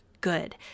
good